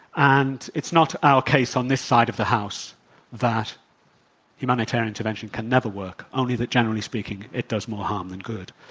and it's not our case on this side of the house that humanitarian intervention can never work, only that, generally speaking, it does more harm than good,